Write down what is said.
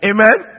Amen